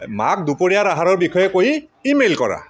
মাক দুপৰীয়াৰ আহাৰৰ বিষয়ে কৈ ইমেইল কৰা